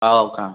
हो का